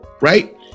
right